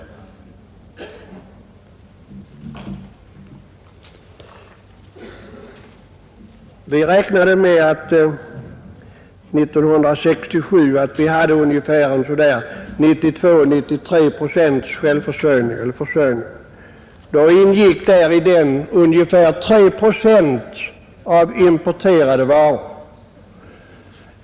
1967 räknade vi med att vi hade 92—93 procents självförsörjning. Däri ingick ungefär 3 procent importerade varor.